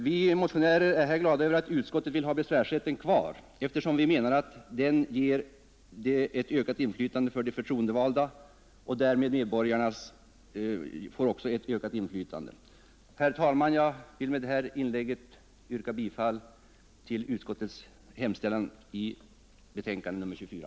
Vi motionärer är glada över att utskottet vill ha besvärsrätten kvar, eftersom vi menar att den ger ett ökat inflytande för de förtroendevalda, och därmed får också medborgarna ett ökat inflytande. Herr talman! Jag vill med detta inlägg yrka bifall till utskottets hemställan i dess betänkande nr 24.